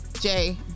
Jay